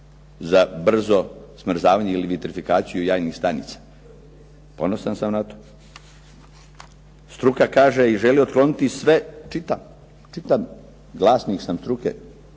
za brzo smrzavanje ili vitrifikaciju jajnih stanica. Ponosan sam na to. Struka kaže i želi otkloniti sve, čitam, čitam, glasnik sam struke.